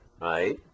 right